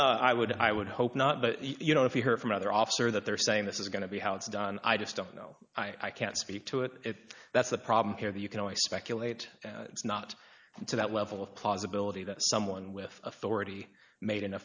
sleeve i would i would hope not but you know if you hear from other officer that they're saying this is going to be how it's done i just don't know i can't speak to it that's the problem here that you can only speculate it's not to that level of plausibility that someone with authority made an